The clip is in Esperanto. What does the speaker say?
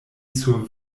sur